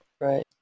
Right